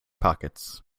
pockets